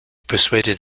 persuaded